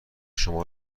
شما